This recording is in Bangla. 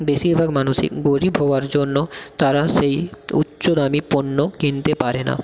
বেশিরভাগ মানুষই গরীব হওয়ার জন্য তারা সেই উচ্চ দামি পণ্য কিনতে পারে না